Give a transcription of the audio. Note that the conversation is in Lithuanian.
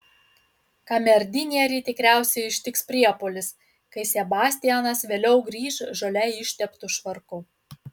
kamerdinerį tikriausiai ištiks priepuolis kai sebastianas vėliau grįš žole išteptu švarku